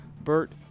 Bert